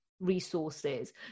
resources